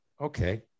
Okay